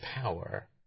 power